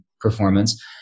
performance